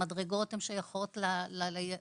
המדרגות שייכות וכולי.